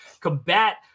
Combat